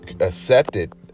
accepted